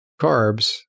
carbs